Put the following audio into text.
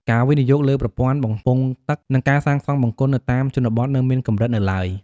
ការវិនិយោគលើប្រព័ន្ធបំពង់ទឹក និងការសាងសង់បង្គន់នៅតាមជនបទនៅមានកម្រិតនៅឡើយ។